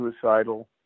suicidal